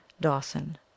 Dawson